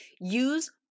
Use